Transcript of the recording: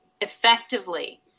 effectively